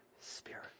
spirit